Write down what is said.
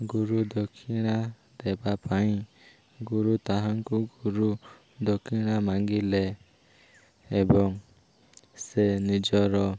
ଗୁରୁଦକ୍ଷିଣା ଦେବା ପାଇଁ ଗୁରୁ ତାହାଙ୍କୁ ଗୁରୁଦକ୍ଷିଣା ମାଗିଲେ ଏବଂ ସେ ନିଜର